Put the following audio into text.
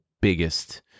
biggest